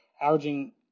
averaging